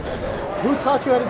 who taught you